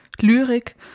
Lyrik